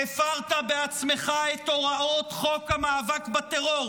הפרת בעצמך את הוראות חוק המאבק בטרור,